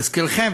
להזכירם,